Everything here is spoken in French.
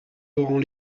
laurent